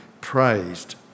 praised